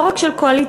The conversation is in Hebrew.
לא רק של קואליציה,